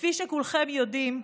כפי שכולכם יודעים,